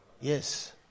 Yes